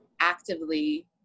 actively